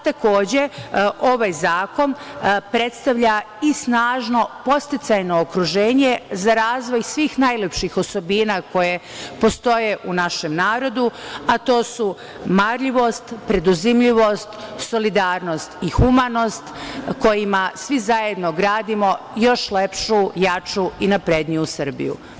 Takođe, ovaj zakon predstavlja i snažno podsticajno okruženje za razvoj svih najlepših osobina koje postoje u našem narodu, a to su marljivost, preduzimljivost, solidarnost i humanost, kojima svi zajedno gradimo još lepšu, jaču i napredniju Srbiju.